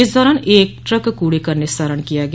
इस दौरान एक ट्रक कूड़े का निस्तारण किया गया